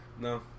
No